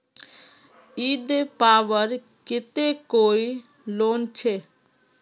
ईद पर्वेर केते कोई लोन छे?